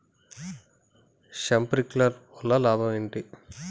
Sprinkler వల్ల లాభం ఏంటి?